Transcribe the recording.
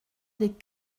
des